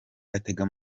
atega